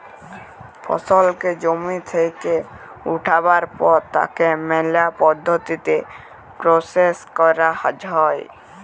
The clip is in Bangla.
ফসলকে জমি থেক্যে উঠাবার পর তাকে ম্যালা পদ্ধতিতে প্রসেস ক্যরা হ্যয়